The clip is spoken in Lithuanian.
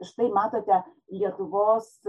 štai matote lietuvos